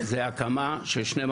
הטרקטורים בשטח.